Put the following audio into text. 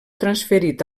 transferit